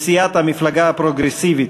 מסיעת המפלגה הפרוגרסיבית.